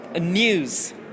news